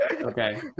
Okay